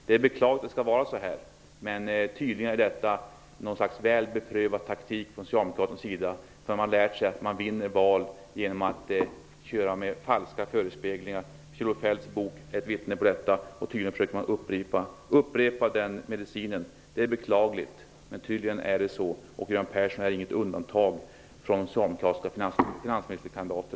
Det är beklagligt att det skall vara så här, men tydligen är detta något slags väl beprövad taktik från Socialdemokraternas sida, därför att de har lärt sig att man vinner val genom att köra med falska förespeglingar. Kjell-Olof Feldts bok är ett vittnesbörd om detta. Tydligen försöker de använda den medicinen igen. Det är beklagligt. Göran Persson är inget undantag från tidigare socialdemokratiska finansministerkandidater.